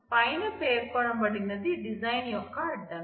పైన పేర్కొనబడినది డిజైన్ యొక్క అడ్డంకి